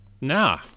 Nah